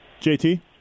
JT